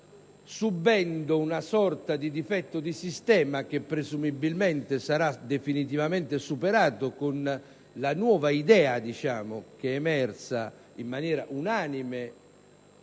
subisce una sorta di difetto di sistema, che presumibilmente sarà definitivamente superato con la nuova idea che è emersa in maniera unanime